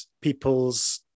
people's